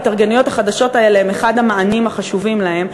ההתארגנויות החדשות האלה הן אחד המענים החשובים להם.